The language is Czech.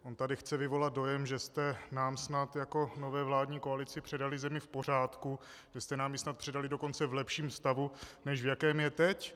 On tady chce vyvolat dojem, že jste nám snad jako nové vládní koalici předali zemi v pořádku, že jste nám ji snad předali dokonce v lepším stavu, než v jakém je teď.